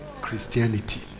Christianity